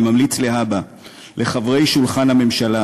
אני ממליץ לחברי שולחן הממשלה